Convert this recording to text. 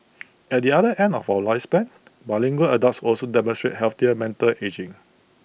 at the other end of our lifespan bilingual adults also demonstrate healthier mental ageing